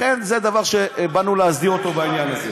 לכן, זה דבר שבאנו להסדיר בעניין הזה.